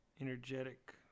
energetic